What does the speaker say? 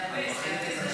תאפס, תאפס את השעון.